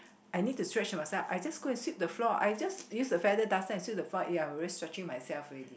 I need to stretch myself I just go and sweep the floor I just use the feather duster and sweep the floor ya already stretching myself already